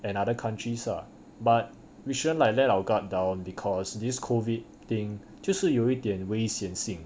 and other countries lah but we should not let our guard down because these COVID thing 就是有一点危险性